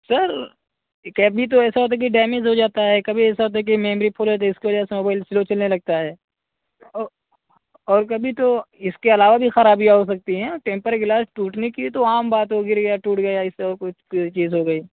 سر کبھی تو ایسا ہوتا ہے کہ ڈیمیج ہو جاتا ہے کبھی ایسا ہوتا ہے کہ میمری فل ہو جاتی ہے اس کی وجہ سے موبائل سلو چلنے لگتا ہے اور اور کبھی تو اس کے علاوہ بھی خرابیاں ہو سکتی ہیں ٹیمپر گلاس ٹوٹنے کی تو عام بات وہ گر گیا ٹوٹ گیا اس سے اور کوئی کوئی چیز ہو گئی